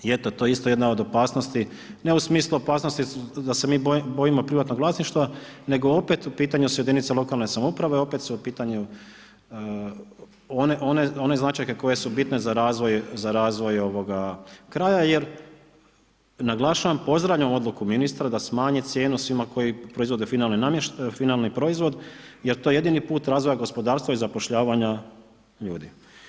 I eto, to je isto jedna od opasnosti, ne u smislu u opasnosti, da se mi bojimo privatnog vlasništva, nego opet su u pitanju jedinice lokalne samouprave, opet su u pitanju one značajke koje su bitne za razvoj ovoga kraja, jer naglašavam pozdravljam odluku ministra da smanje cijenu svima koji koriste finalni proizvod, jer je to jedini put razvoja gospodarstva i zapošljavanja ljudi.